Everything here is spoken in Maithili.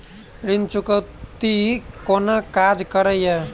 ऋण चुकौती कोना काज करे ये?